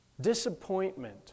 Disappointment